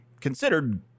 considered